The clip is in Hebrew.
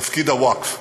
תפקיד הווקף,